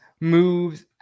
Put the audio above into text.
moves